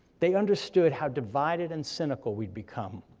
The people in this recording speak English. they understood how divided and cynical we'd become,